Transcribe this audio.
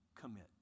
commit